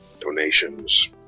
donations